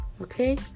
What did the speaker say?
Okay